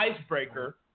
icebreaker